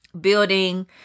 Building